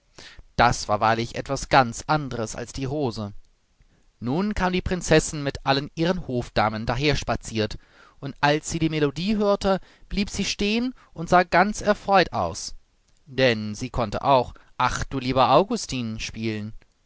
das war wahrlich etwas ganz anderes als die rose nun kam die prinzessin mit allen ihren hofdamen daherspaziert und als sie die melodie hörte blieb sie stehen und sah ganz erfreut aus denn sie konnte auch ach du lieber augustin spielen